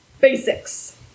Basics